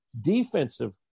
defensive